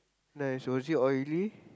nice was it oily